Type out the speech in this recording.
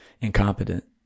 incompetent